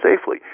safely